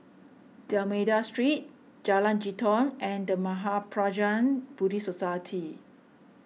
D'Almeida Street Jalan Jitong and the Mahaprajna Buddhist Society